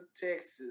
Texas